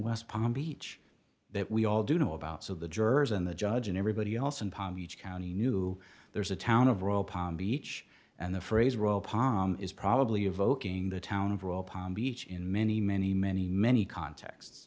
west palm beach that we all do know about so the jurors and the judge and everybody else in palm beach county knew there is a town of royal palm beach and the phrase royal palm is probably evoking the town of royal palm beach in many many many many cont